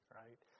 right